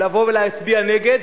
להצביע נגד,